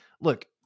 Look